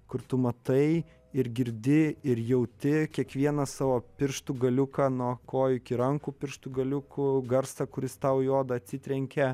kur tu matai ir girdi ir jauti kiekvieną savo pirštų galiuką nuo kojų iki rankų pirštų galiukų garsą kuris tau į odą atsitrenkia